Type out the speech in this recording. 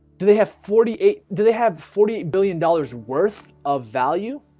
do they have forty eight do they have forty eight billion dollars worth of value?